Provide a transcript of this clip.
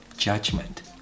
judgment